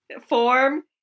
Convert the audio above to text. form